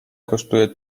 kosztuje